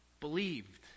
believed